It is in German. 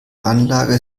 anlage